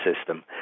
system